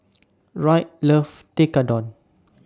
Wright loves Tekkadon